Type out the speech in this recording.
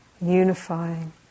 unifying